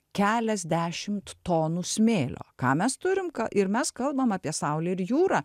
keliasdešimt tonų smėlio ką mes turim ką ir mes kalbam apie saulę ir jūrą